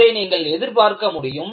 இதை நீங்கள் எதிர்பார்க்க முடியும்